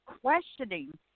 questioning